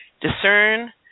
Discern